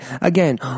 Again